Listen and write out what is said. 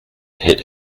hit